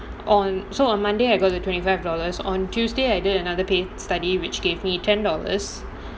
on so on monday I got the twenty five dollars on tuesday I did another paid study which gave me ten dollars